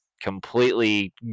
completely